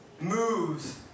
moves